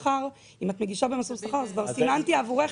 אם את מגישה במסלול שכר אז כבר סימנתי עבורך.